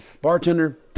Bartender